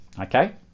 okay